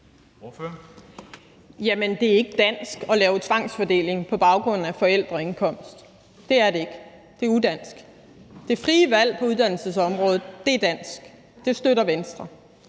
Jamen det er ikke dansk at lave tvangsfordeling på baggrund af forældreindkomst. Det er det ikke, det er udansk. Det frie valg på uddannelsesområdet er dansk, og det støtter Venstre.